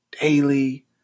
daily